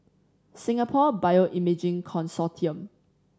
Singapore Bioimaging Consortium